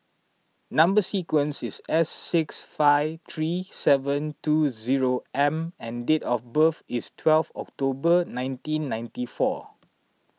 Number Sequence is S six five three seven two zero four M and date of birth is twelve October nineteen ninety four